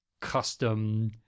custom